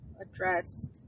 addressed